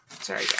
Sorry